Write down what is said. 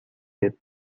death